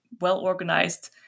well-organized